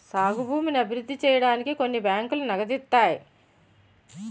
సాగు భూమిని అభివృద్ధి సేయడానికి కొన్ని బ్యాంకులు నగదిత్తాయి